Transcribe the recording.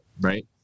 right